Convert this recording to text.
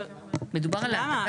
למה?